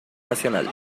nacional